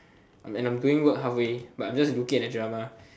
and I'm doing work halfway but I'm just looking at the drama